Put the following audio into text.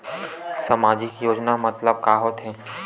सामजिक योजना मतलब का होथे?